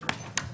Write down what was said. שרון.